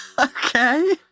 okay